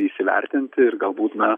įsivertinti ir galbūt na